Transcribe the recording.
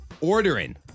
ordering